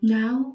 now